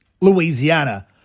Louisiana